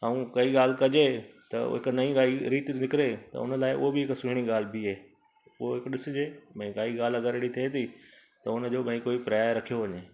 ऐं कई ॻाल्हि कजे त उहे हिक नई काई रीति निकिरे त हुन लाइ उहो बि सुहिणी ॻाल्हि ॿी आहे उहो हिक ॾिसिजे भई ॻाल्हि अगरि एॾी थिए थी त हुन जो भई कोई प्राय रखियो वञे